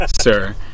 sir